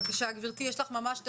בבקשה גברתי יש לך ממש שתי